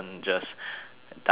dies ah